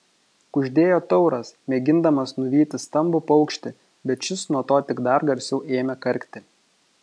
kuždėjo tauras mėgindamas nuvyti stambų paukštį bet šis nuo to tik dar garsiau ėmė karkti